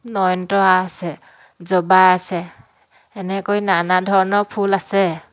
নয়নতৰা আছে জবা আছে সেনেকৈ নানা ধৰণৰ ফুল আছে